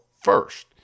first